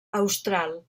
austral